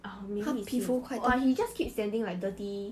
oh maybe is him he just keep sending like dirty